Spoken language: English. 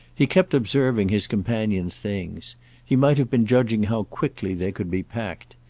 he kept observing his companion's things he might have been judging how quickly they could be packed.